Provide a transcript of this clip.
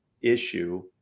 issue